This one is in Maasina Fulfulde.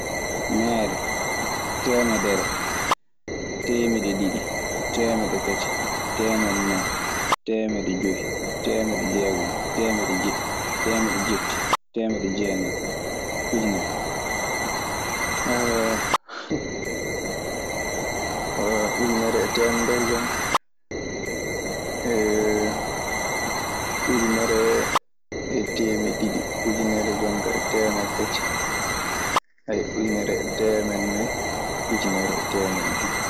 Meere, temedere, temeɗe diɗɗi, temeɗe tati, temene nayi, temene joyi, temen diegon, temen jeɗɗi, temen dietti, temen jeenaye, ujumere. ujunere e teemedere jooni ka ujunere e temeɗɗe ɗiɗi, ujunere jooni ka e temeɗɗe tati, ujunere e temeɗɗe nayi, ujunere e temeɗɗe joyi.